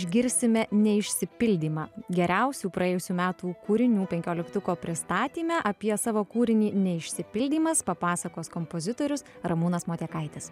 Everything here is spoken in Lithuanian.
išgirsime neišsipildymą geriausių praėjusių metų kūrinių penkioliktuko pristatyme apie savo kūrinį neišsipildymas papasakos kompozitorius ramūnas motiekaitis